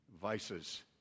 vices